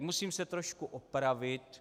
Musím se trošku opravit.